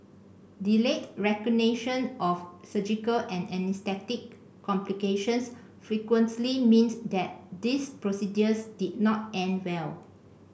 delayed recognition of surgical and anaesthetic complications frequently meant that these procedures did not end well